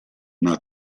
una